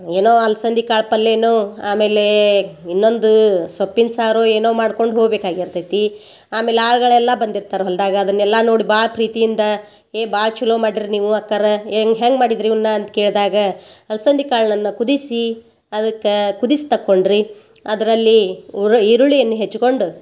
ಏನೋ ಅಲ್ಸಂದಿ ಕಾಳು ಪಲ್ಲೇನೋ ಆಮೇಲೆ ಇನ್ನೊಂದು ಸೊಪ್ಪಿನ ಸಾರು ಏನೋ ಮಾಡ್ಕೊಂಡು ಹೋಗಬೇಕಾಗಿರ್ತೈತಿ ಆಮೇಲೆ ಆಳ್ಗಳೆಲ್ಲ ಬಂದಿರ್ತಾರೆ ಹೊಲ್ದಾಗ ಅದನ್ನೆಲ್ಲ ನೋಡಿ ಭಾಳ ಪ್ರೀತಿಯಿಂದ ಏ ಭಾಳ ಚಲೋ ಮಾಡೀರಿ ನೀವು ಅಕ್ಕಾರ ಏ ಹೆಂಗೆ ಮಾಡಿದ್ರೆ ಇವ್ನ ಅಂತ ಕೇಳ್ದಾಗ ಅಲ್ಸಂದಿ ಕಾಳನ್ನ ಕುದಿಸಿ ಅದಕ್ಕೆ ಕುದಿಸಿ ತಕ್ಕೊಂಡ್ರಿ ಅದರಲ್ಲಿ ಉರ್ ಈರುಳ್ಳಿಯನ್ನು ಹೆಚ್ಕೊಂಡು